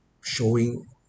showing